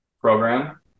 program